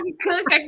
cook